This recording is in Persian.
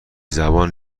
زبان